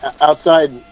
outside